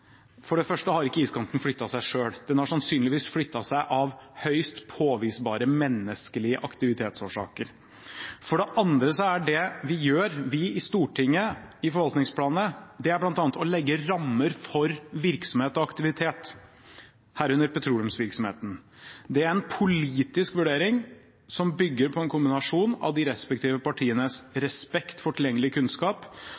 for det første har ikke iskanten flyttet seg selv. Den har sannsynligvis flyttet seg av høyst påvisbare menneskelige aktivitetsårsaker. For det andre er det vi i Stortinget gjør i forvaltningsplanene, bl.a. å legge rammer for virksomhet og aktivitet, herunder petroleumsvirksomheten. Det er en politisk vurdering som bygger på en kombinasjon av de respektive partienes respekt for tilgjengelig kunnskap